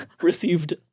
received